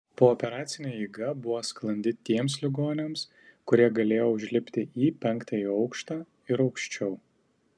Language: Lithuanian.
pooperacinė eiga buvo sklandi tiems ligoniams kurie galėjo užlipti į penktąjį aukštą ir aukščiau